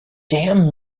damn